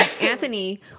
Anthony